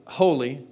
holy